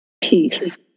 Peace